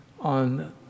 on